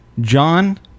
John